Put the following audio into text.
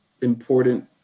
important